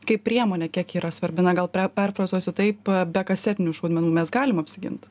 kaip priemonė kiek yra svarbi na gal perfrazuosiu taip be kasetinių šaudmenų mes galim apsigint